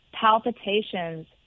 palpitations